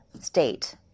state